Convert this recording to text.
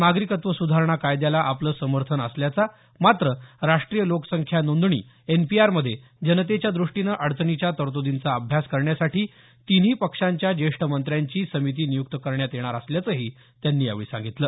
नागरिकत्व सुधारणा कायद्याला आपलं समर्थन असल्याचा मात्र राष्ट्रीय लोकसंख्या नोंदणी एनपीआरमध्ये जनतेच्या दुष्टीनं अडचणीच्या तरतूदींचा अभ्यास करण्यासाठी तिन्ही पक्षाच्या जेष्ठ मंत्र्यांची समिती नियुक्त करण्यात येणार असल्याचीही त्यांनी यावेळी सांगितलं